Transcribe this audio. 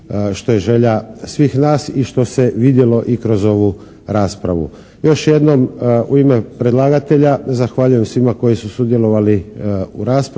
što je želja svih nas i što se vidjelo i kroz ovu raspravu. Još jednom u ime predlagatelja zahvaljujem svima koji su sudjelovali u raspravi